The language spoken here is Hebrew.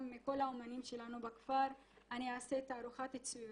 גם מכל האמנים שלנו בכפר, אני אעשה תערוכת ציורים.